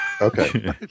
okay